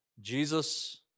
Jesus